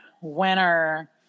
Winner